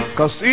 Cause